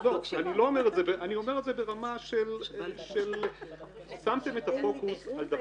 אני אומר את זה ברמה שאתן שמתן את הפוקוס על דבר לא נכון.